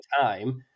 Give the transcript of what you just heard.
time